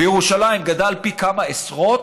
גדל פי כמה עשרות?